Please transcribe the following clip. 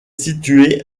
situé